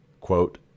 quote